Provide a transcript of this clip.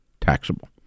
taxable